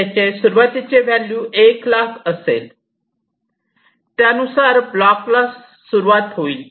त्याची सुरुवातीचे व्हॅल्यू 100000 एक लाख असेल त्यानुसार ब्लॉक ला सुरुवात होईल